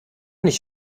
nicht